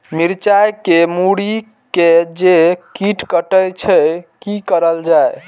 मिरचाय के मुरी के जे कीट कटे छे की करल जाय?